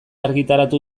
argitaratu